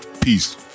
peace